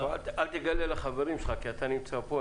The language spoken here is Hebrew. אל תגלה לחברים שלך כי אתה נמצא פה,